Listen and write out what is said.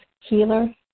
healer